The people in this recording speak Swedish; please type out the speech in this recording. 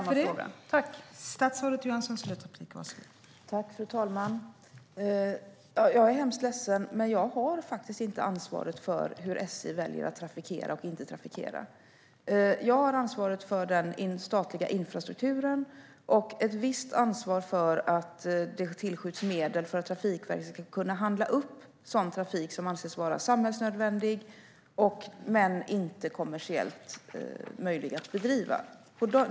Fru talman! Jag är hemskt ledsen, men jag har faktiskt inte ansvaret för hur SJ väljer att trafikera och inte trafikera. Jag har ansvaret för den statliga infrastrukturen och ett visst ansvar för att det tillskjuts medel så att Trafikverket kan handla upp sådan trafik som anses vara samhällsnödvändig men inte kommersiellt möjlig att bedriva.